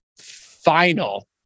final